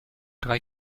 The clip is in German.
drei